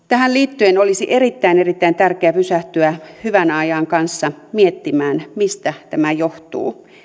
tähän liittyen olisi erittäin erittäin tärkeää pysähtyä hyvän ajan kanssa miettimään mistä tämä johtuu